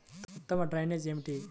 ఉత్తమ డ్రైనేజ్ ఏమిటి?